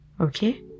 okay